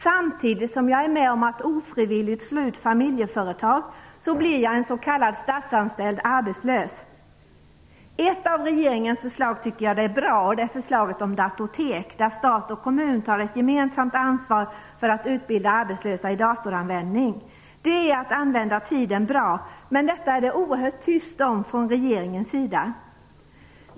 Samtidigt som jag skulle vara med om att ofrivilligt slå ut familjeföretag skulle jag bli en s.k. statsanställd arbetslös. Ett av regeringens förslag tycker jag är bra. Det är förslaget om datotek, där stat och kommun tar ett gemensamt ansvar för att utbilda arbetslösa i datoranvändning. Det är att använda tiden på ett bra sätt. Men detta är det oerhört tyst om från regeringens sida.